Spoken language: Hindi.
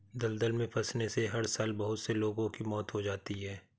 दलदल में फंसने से हर साल बहुत से लोगों की मौत हो जाती है